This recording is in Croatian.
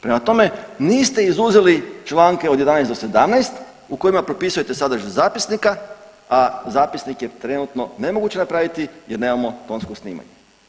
Prema tome niste izuzeli članke od 11. do 17. u kojima propisujete sadržaj zapisnika, a zapisnik je trenutno nemoguće napraviti jer nemamo tonsko snimanje.